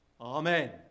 Amen